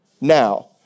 now